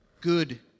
good